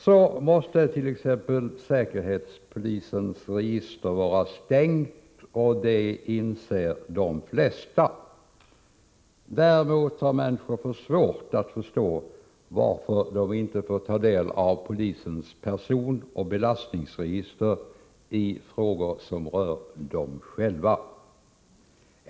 Så måste t.ex. säkerhetspolisens register vara stängt — det inser de flesta. Däremot har människor svårt att förstå varför de inte får ta del av polisens personoch belastningsregister i frågor som rör dem själva.